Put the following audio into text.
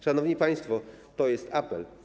Szanowni państwo, to jest apel.